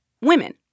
Women